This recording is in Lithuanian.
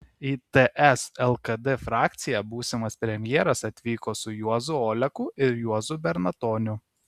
į ts lkd frakciją būsimas premjeras atvyko su juozu oleku ir juozu bernatoniu